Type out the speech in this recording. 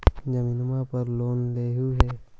जमीनवा पर लोन लेलहु हे?